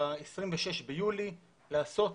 ב-26 ביולי לעשות,